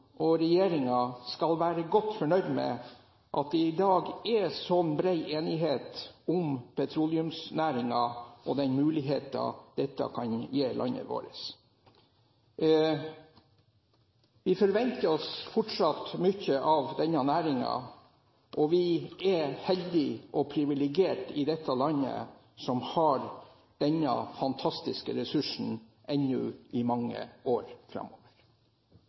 det i dag er sånn bred enighet om petroleumsnæringen og den muligheten denne kan gi landet vårt. Vi forventer fortsatt mye av denne næringen, og vi er heldige – privilegerte – i dette landet som har denne fantastiske ressursen i enda mange år framover.